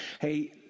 Hey